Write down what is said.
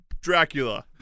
Dracula